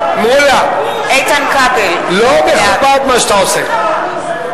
לא מכובד מה שאתה עושה.